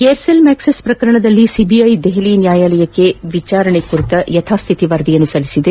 Aircel Maxis ಪ್ರಕರಣದಲ್ಲಿ CBI ದೆಹಲಿಯ ನ್ನಾಯಾಲಯಕ್ಕೆ ವಿಚಾರಣೆ ಕುರಿತ ಯಥಾಸ್ವಿತಿ ವರದಿಗಳನ್ನು ಸಲ್ಲಿಸಿದೆ